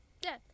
death